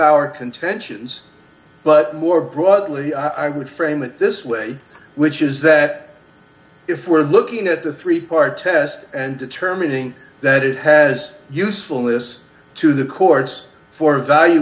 our contentions but more broadly i would frame it this way which is that if we're looking at the three part test and determining that it has usefulness to the courts for